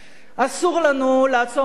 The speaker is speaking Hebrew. אסור לנו לעצום עיניים,